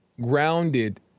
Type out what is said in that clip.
grounded